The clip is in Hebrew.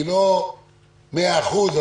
היא לא מאה אחוז,